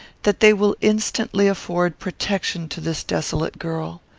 that they will instantly afford protection to this desolate girl.